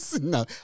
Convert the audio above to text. No